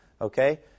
okay